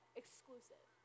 exclusive